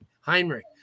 Heinrich